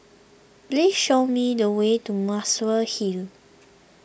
please show me the way to Muswell Hill